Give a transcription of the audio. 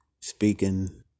speaking